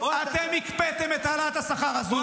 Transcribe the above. אתם הקפאתם את העלאת השכר הזאת,